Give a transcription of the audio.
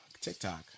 TikTok